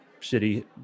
city